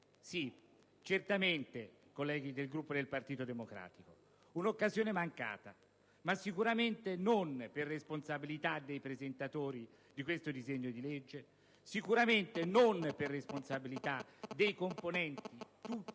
mancata: sì, colleghi del Gruppo del Partito Democratico, un'occasione mancata, ma sicuramente non per responsabilità dei presentatori di questo disegno di legge; sicuramente non per responsabilità dei componenti